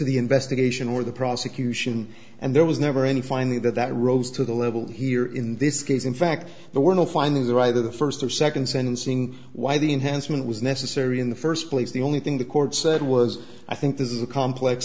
the investigation or the prosecution and there was never any finding that that rose to the level here in this case in fact there were no findings the right of the first or second sentencing why the enhancement was necessary in the first place the only thing the court said was i think this is a complex